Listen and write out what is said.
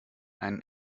einen